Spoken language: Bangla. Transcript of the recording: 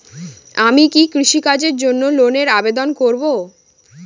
আমি কি কৃষিকাজের জন্য লোনের আবেদন করব?